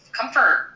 comfort